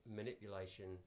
manipulation